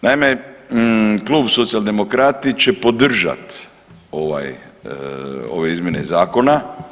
Naime, Klub Socijaldemokrati će podržat ovaj, ove izmjene zakona.